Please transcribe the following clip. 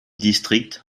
district